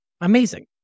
Amazing